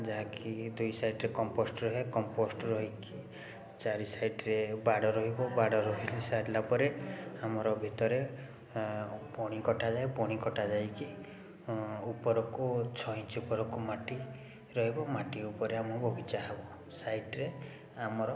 ଯାହାକି ଦୁଇ ସାଇଟ୍ରେ କମ୍ପୋଷ୍ଟ୍ ରୁହେ କମ୍ପୋଷ୍ଟ୍ ରହିକି ଚାରି ସାଇଟ୍ରେ ବାଡ଼ ରହିବ ବାଡ଼ ରହିସାରିଲା ପରେ ଆମର ଭିତରେ ଏଁ ପୁଣି କଟାଯାଏ ପୁଣି କଟାଯାଇକି ଉପରକୁ ଛଅ ଇଞ୍ଚ୍ ଉପରକୁ ମାଟି ରହିବ ମାଟି ଉପରେ ଆମ ବଗିଚା ହବ ସାଇଟ୍ରେ ଆମର